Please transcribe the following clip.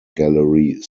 gallery